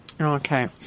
Okay